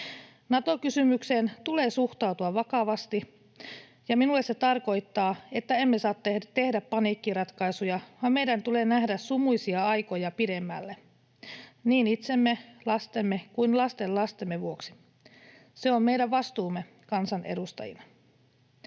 Nato-kysymykseen tulee suhtautua vakavasti, ja minulle se tarkoittaa, että emme saa tehdä paniikkiratkaisuja, vaan meidän tulee nähdä sumuisia aikoja pidemmälle niin itsemme, lastemme kuin lastenlastemme vuoksi. Se on meidän vastuumme kansanedustajina.